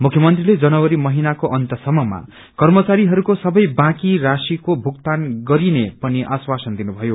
मुख्यमन्त्रीले जनवरी महिनाको अन्त सम्ममा कर्मचारीहरूको सबै बाँकी राशिको भुगतान गरिने पनि आश्वासन दिनु भयो